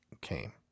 came